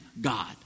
God